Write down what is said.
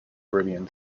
caribbean